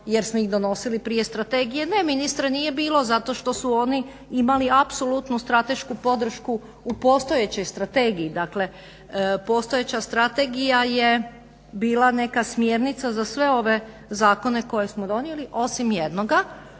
jer smo ih donosili prije Strategije. Ne ministre, nije bilo zato što su oni imali apsolutnu stratešku podršku u postojećoj strategiji. Dakle, postojeća strategija je bila neka smjernica za sve ove zakone koje smo donijeli osim jednoga,